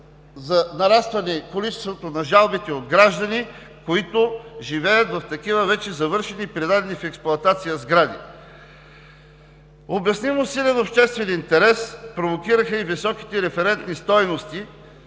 за нарастване количеството на жалбите от граждани, които живеят в такива вече завършени и предадени в експлоатация сгради. Обяснимо силен обществен интерес провокираха и високите референтни стойности.